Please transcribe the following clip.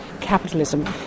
capitalism